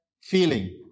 feeling